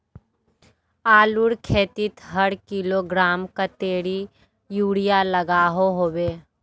आलूर खेतीत हर किलोग्राम कतेरी यूरिया लागोहो होबे?